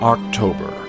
October